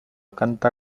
canta